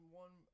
one